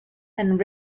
and